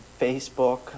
Facebook